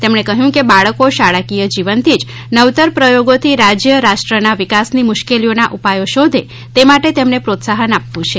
તેમણે કહ્યું કે બાળકો શાળાકીય જીવનથી જ નવતર પ્રચોગો થી રાજ્ય રાષ્ટ્રના વિકાસની મુશ્કેલીઓના ઉપાયો શોધે તે માટે તેમને પ્રોત્સાહન આપવું છે